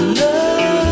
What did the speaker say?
love